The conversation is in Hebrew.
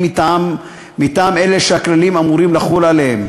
מטעם אלה שהכללים אמורים לחול עליהם,